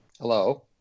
Hello